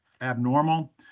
abnormal